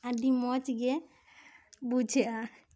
ᱟᱹᱰᱤ ᱢᱚᱡᱽ ᱜᱮ ᱵᱩᱡᱷᱟᱹᱜᱼᱟ